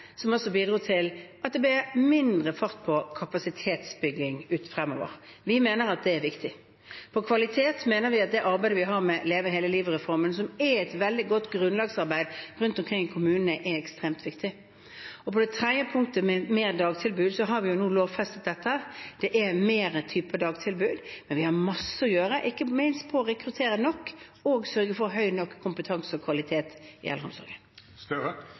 som også bidro til at det ble mindre fart i kapasitetsbyggingen fremover. Vi mener at det er viktig. Når det gjelder kvalitet, mener vi at det arbeidet vi gjør med Leve hele livet-reformen, som er et veldig godt grunnlagsarbeid rundt omkring i kommunene, er ekstremt viktig. Til det tredje punktet, om større dagtilbud: Vi har nå lovfestet dette. Det er flere typer dagtilbud, men vi har masse å gjøre, ikke minst når det gjelder å rekruttere nok folk og sørge for høy nok kompetanse og kvalitet i